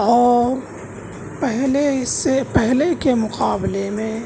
اور پہلے اس سے پہلے کے مقابلے میں